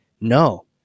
no